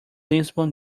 lisbon